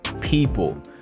people